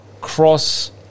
cross